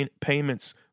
payments